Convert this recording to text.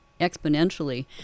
exponentially